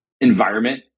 environment